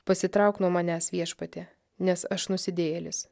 pasitrauk nuo manęs viešpatie nes aš nusidėjėlis